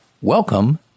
welcome